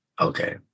Okay